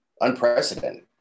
unprecedented